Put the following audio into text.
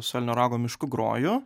su elnio rago mišku groju